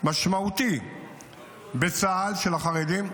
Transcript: משמעותי בצה"ל של החרדים,